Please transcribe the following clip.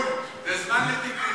זה זמן לתיקונים.